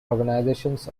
organizations